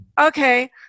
okay